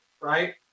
right